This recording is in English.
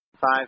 Five